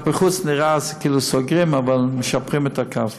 כלפי חוץ נראה כאילו סוגרים, אבל משפרים את הקו.